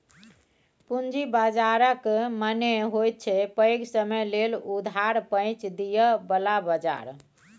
पूंजी बाजारक मने होइत छै पैघ समय लेल उधार पैंच दिअ बला बजार